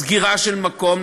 סגירה של מקום.